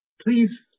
Please